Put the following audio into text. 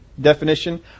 definition